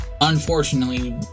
unfortunately